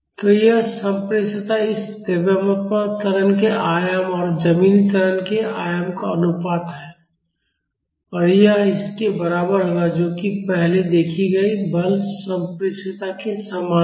तो यहाँ संप्रेषणीयता इस द्रव्यमान त्वरण के आयाम और जमीन त्वरण के आयाम का अनुपात है और यह इसके बराबर होगा जो कि पहले देखी गई बल संप्रेषणीयता के समान है